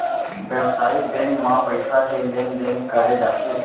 बेवसायिक बेंक म पइसा के लेन देन करे जाथे